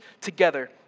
together